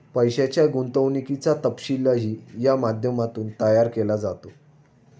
पैशाच्या गुंतवणुकीचा तपशीलही या माध्यमातून तयार केला जातो